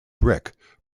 brick